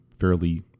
fairly